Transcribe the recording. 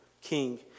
king